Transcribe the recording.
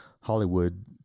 Hollywood